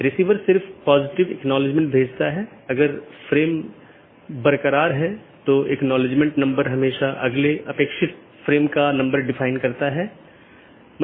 तो इसका मतलब है अगर मैं AS1 के नेटवर्क1 से AS6 के नेटवर्क 6 में जाना चाहता हूँ तो मुझे क्या रास्ता अपनाना चाहिए